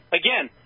again